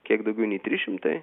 kiek daugiau nei trys šimtai